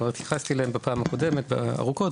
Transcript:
כבר התייחסתי אליהם בפעם הקודמת ארוכות,